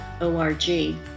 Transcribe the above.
O-R-G